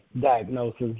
diagnosis